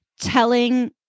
telling